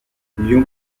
lyon